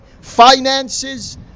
finances